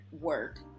work